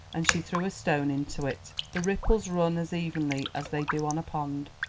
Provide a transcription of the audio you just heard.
and she threw a stone into it the ripples run as evenly as they do on a pond.